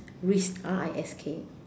risk R I S K